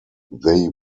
they